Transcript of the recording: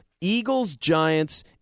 Eagles-Giants